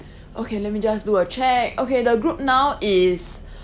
okay let me just do a check okay the group now is